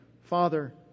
Father